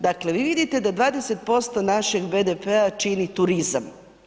Dakle, vi vidite da 20% našeg BDP-a čini turizam.